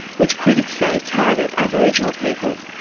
which critics say target aboriginal people,